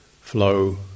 flow